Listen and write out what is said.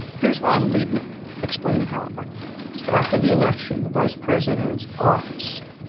here's ron liebman explaining how it worked after the election, the vice president's office,